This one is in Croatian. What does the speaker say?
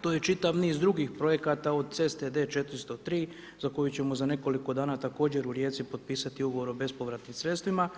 to je čitav niz drugih projekata, od ceste D 403, za koju ćemo za nekoliko dana također u Rijeci potpisati Ugovor o bespovratnim sredstvima.